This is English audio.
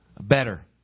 better